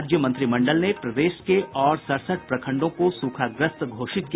राज्य मंत्रिमंडल ने प्रदेश के और सड़सठ प्रखंडों को सूखाग्रस्त घोषित किया